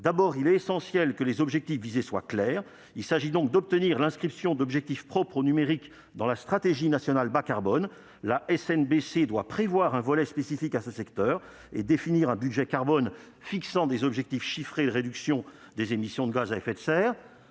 D'abord, il est essentiel que les objectifs visés soient clairs : il s'agit donc d'obtenir l'inscription d'objectifs propres au numérique dans la stratégie nationale bas-carbone, la SNBC. Cette dernière doit prévoir un volet spécifique à ce secteur et définir un budget carbone fixant des objectifs chiffrés de réduction des émissions de gaz à effet de serre.